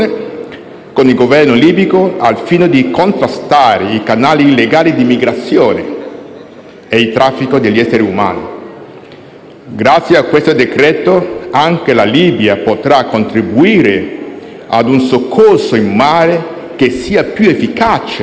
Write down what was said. Grazie a questo decreto-legge anche la Libia potrà contribuire ad un soccorso in mare che sia più efficace